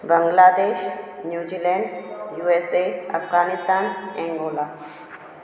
Bangladesh New Zealand USA Afghanistan Angola